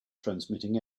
transmitting